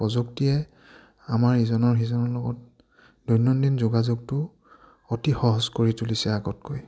প্ৰযুক্তিয়ে আমাৰ ইজনৰ সিজনৰ লগত দৈনন্দিন যোগাযোগটো অতি সহজ কৰি তুলিছে আগতকৈ